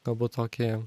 galbūt tokį